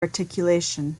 articulation